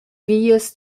vias